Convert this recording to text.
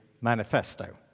manifesto